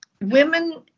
women